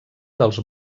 dels